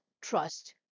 trust